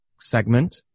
segment